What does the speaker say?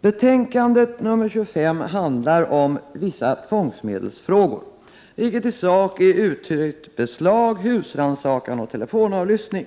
Betänkande nr 25 handlar om ”vissa tvångsmedelsfrågor”, vilket i sak är uttytt beslag, husrannsakan och telefonavlyssning.